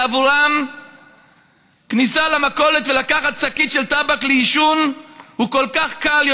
שעבורם כניסה למכולת לקחת שקית של טבק לעישון זה כל כך קל,